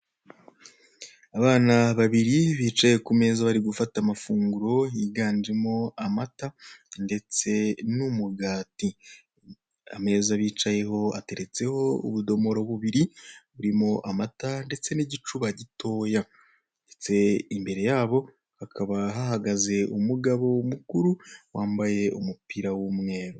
Abana babiri bicaye ku meza bari gufata amafunguro higanjemo amata ndetse n'umugati, ameza bicayeho ateretseho ubudomoro bubiri burimo amata ndetse n'igicuba gitoya, ndetse imbere yabo hakaba hahagaze umugabo mukuru wambaye umupira w'umweru.